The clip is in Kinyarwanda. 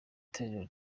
torero